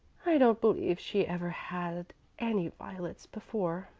i don't believe she ever had any violets before,